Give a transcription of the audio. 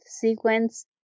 sequence